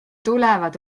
tulevad